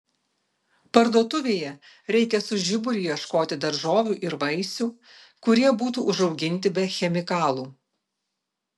parduotuvėje reikia su žiburiu ieškoti daržovių ir vaisių kurie būtų užauginti be chemikalų